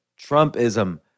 Trumpism